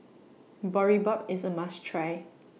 Boribap IS A must Try